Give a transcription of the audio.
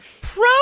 pro